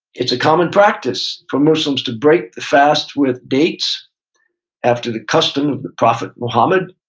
it's a common practice for muslims to break the fast with dates after the custom of the prophet muhammad,